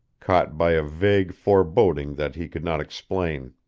caught by a vague foreboding that he could not explain.